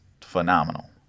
phenomenal